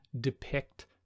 depict